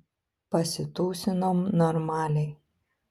pasitūsinom normaliai